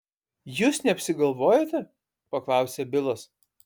jūs neapsigalvojote paklausė bilas